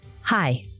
Hi